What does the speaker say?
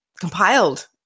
compiled